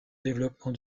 développement